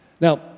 Now